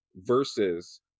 versus